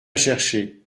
chercher